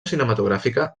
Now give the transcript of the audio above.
cinematogràfica